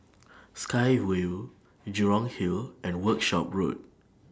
Sky Vue Jurong Hill and Workshop Road